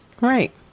Right